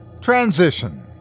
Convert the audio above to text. Transition